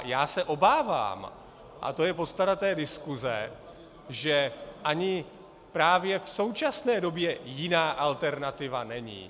Já se obávám, a to je podstata diskuse, že ani právě v současné době jiná alternativa není.